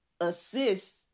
assist